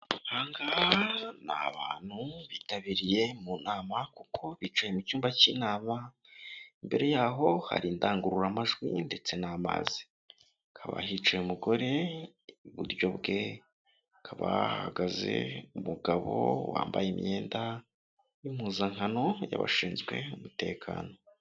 Aba ni abantu bitabiriye mu nama kuko bicaye mu cyumba cy'inama, mbere yaho hari indangururamajwi ndetse n'amazi. Hakaba hicaye umugore, iburyo bwe hakaba hahagaze umugabo wambaye imyenda y'impuzankano y'abashinzwe umutekano.